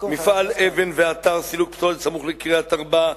מפעל אבן ואתר סילוק פסולת סמוך לקריית-ארבע.